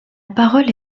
parole